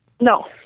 No